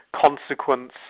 consequence